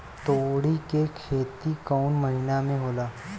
तोड़ी के खेती कउन महीना में होला?